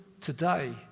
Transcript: today